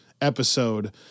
episode